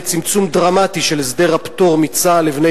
לצמצום דרמטי של הסדר הפטור מצה"ל לבני